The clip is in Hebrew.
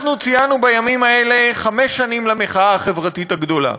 אנחנו ציינו בימים האלה חמש שנים למחאה החברתית הגדולה.